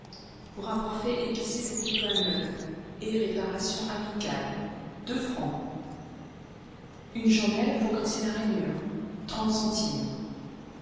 pour avoir fait aiguiser le couteau à neuf et réparations amicales une chandelle pour graisser la rainure